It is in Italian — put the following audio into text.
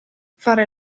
fare